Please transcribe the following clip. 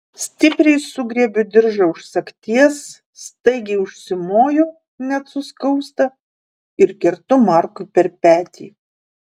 stipriai sugriebiu diržą už sagties staigiai užsimoju net suskausta ir kertu markui per petį